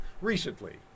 recently